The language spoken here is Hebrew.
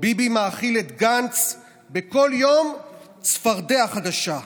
ביבי מאכיל את גנץ בכל יום צפרדע חדשה,